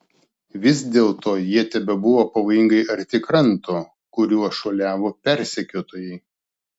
vis dėlto jie tebebuvo pavojingai arti kranto kuriuo šuoliavo persekiotojai